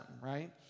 right